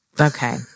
okay